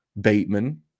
Bateman